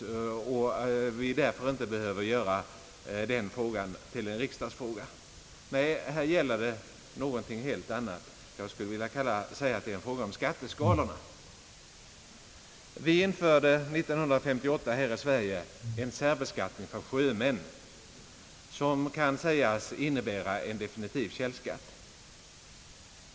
Den frågan behöver alltså inte göras till en riksdagsfråga. Nej, här gäller det någonting helt annat — jag skulle vilja säga att det är en fråga om skatteskalorna. Vi införde år 1958 här i Sverige en särbeskattning för sjömän vilken kan sägas innebära en definitiv källskatt.